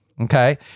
Okay